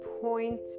point